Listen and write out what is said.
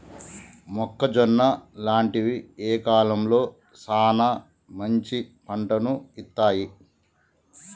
మొక్కజొన్న లాంటివి ఏ కాలంలో సానా మంచి పంటను ఇత్తయ్?